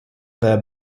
their